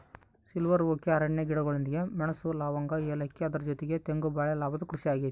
silver oak ಅರಣ್ಯ ಗಿಡಗಳೊಂದಿಗೆ ಮೆಣಸು, ಲವಂಗ, ಏಲಕ್ಕಿ ಅದರ ಜೊತೆಗೆ ತೆಂಗು ಬಾಳೆ ಲಾಭದ ಕೃಷಿ ಆಗೈತೆ